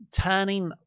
Turning